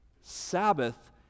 Sabbath